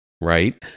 right